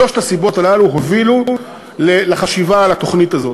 שלוש הסיבות הללו הובילו לחשיבה על התוכנית הזאת.